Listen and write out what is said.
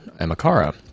Amakara